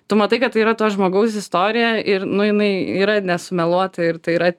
tu matai kad tai yra to žmogaus istorija ir nu jinai yra nesumeluota ir tai yra